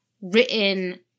written